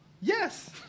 Yes